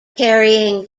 carrying